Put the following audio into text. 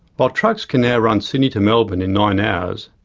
while trucks can now run sydney to melbourne in nine hours,